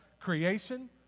creation